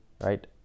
right